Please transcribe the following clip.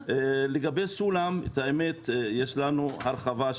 לגבי סולם האמת היא שיש לנו הרחבה,